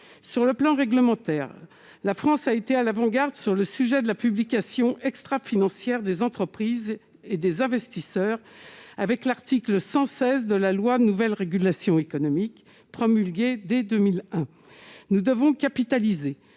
sur le plan réglementaire, la France a été à l'avant-garde sur le sujet de la publication extra-financière des entreprises et des investisseurs, avec l'article 116 de la loi nouvelles régulations économiques promulguées dès 2001, nous devons capitaliser